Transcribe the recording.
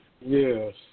Yes